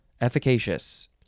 Efficacious